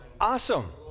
Awesome